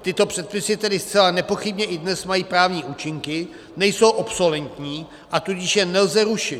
Tyto předpisy tedy zcela nepochybně i dnes mají právní účinky, nejsou obsoletní, a tudíž je nelze rušit.